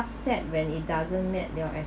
upset when it doesn't met your